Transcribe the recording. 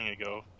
ago